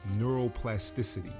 neuroplasticity